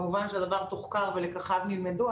כמובן שהדבר תוחקר ולקחיו נלמדו.